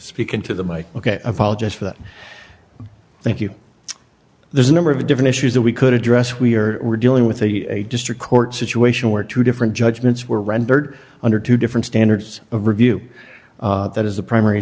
speaking to the mike ok i apologize for that thank you there's a number of different issues that we could address we are dealing with a district court situation where two different judgments were rendered under two different standards of review that is the primary